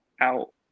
out